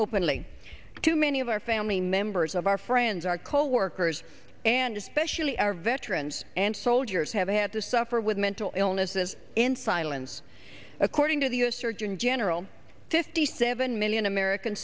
openly to many of our family members of our friends our coworkers and especially our veterans and soldiers have had to suffer with mental illnesses in silence according to the u s surgeon general fifty seven million american